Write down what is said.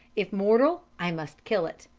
if mortal, i must kill it,